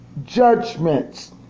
Judgments